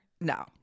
No